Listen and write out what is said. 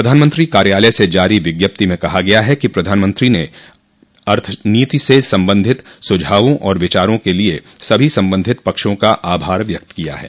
प्रधानमंत्री कार्यालय से जारी विज्ञप्ति मे कहा गया है कि प्रधानमंत्री ने अर्थनीति से संबंधित सुझावों और विचारों के लिए सभी संबंधित पक्षों का आभार व्यक्त किया है